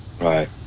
Right